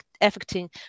affecting